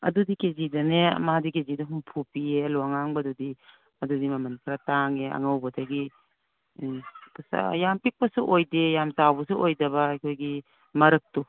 ꯑꯗꯨꯗꯤ ꯀꯦꯖꯤꯗꯅꯦ ꯃꯥꯗꯤ ꯍꯨꯝꯐꯨ ꯄꯤꯌꯦ ꯑꯂꯨ ꯑꯉꯥꯡꯕꯗꯨꯗꯤ ꯑꯗꯨꯗꯤ ꯃꯃꯟ ꯈꯔ ꯇꯥꯡꯉꯦ ꯑꯉꯧꯕꯗꯒꯤ ꯎꯝ ꯀꯩꯁꯨ ꯌꯥꯝ ꯄꯤꯛꯄꯁꯨ ꯑꯣꯏꯗꯦ ꯌꯥꯝ ꯆꯥꯎꯕꯁꯨ ꯑꯣꯏꯗꯕ ꯑꯩꯈꯣꯏꯒꯤ ꯃꯔꯛꯇꯣ